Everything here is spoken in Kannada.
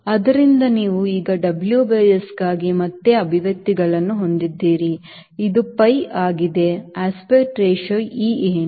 ಆದ್ದರಿಂದ ನೀವು ಈಗ WS ಗಾಗಿ ಮತ್ತೆ ಅಭಿವ್ಯಕ್ತಿಗಳನ್ನು ಹೊಂದಿದ್ದೀರಿ ಇದು Pi ಆಗಿದೆ aspect ratio e ಏನು